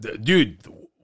Dude